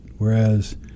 whereas